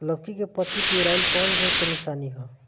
लौकी के पत्ति पियराईल कौन रोग के निशानि ह?